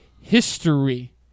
history